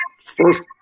first